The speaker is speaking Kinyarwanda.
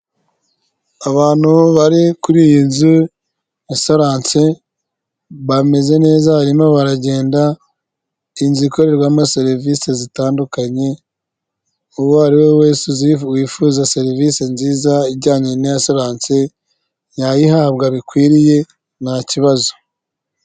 Abantu bari kuri iyi nzu ya soranse bameze neza barimo baragenda, inzu ikorerwamo serivisi zitandukanye, uwo ariwe wese wifuza serivisi nziza ijyanye niya soranse yayihabwa bikwiriye nta kibazo.